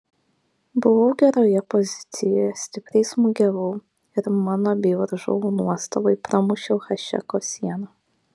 buvau geroje pozicijoje stipriai smūgiavau ir mano bei varžovų nuostabai pramušiau hašeko sieną